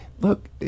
look